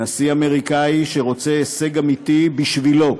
נשיא שרוצה הישג אמיתי בשבילו.